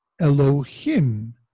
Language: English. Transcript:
Elohim